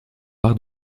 par